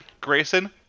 Grayson